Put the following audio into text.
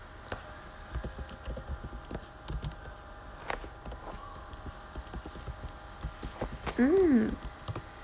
mm